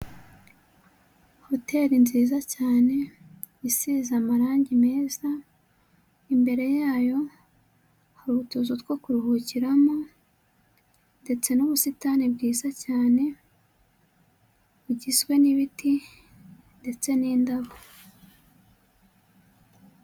Hoteri nziza cyane isize amarangi meza, imbere yayo hari utuzu two kuruhukiramo ndetse n'ubusitani bwiza cyane, bugizwe n'ibiti ndetse n'indabo.